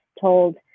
told